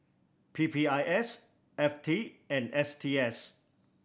P P I S F T and S T S